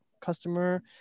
customer